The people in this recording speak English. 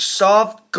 soft